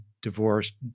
divorced